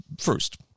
first